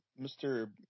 Mr